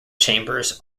chambers